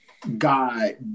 God